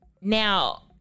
Now